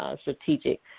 strategic